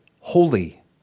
holy